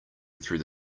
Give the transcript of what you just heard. through